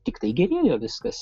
tiktai gerėjo viskas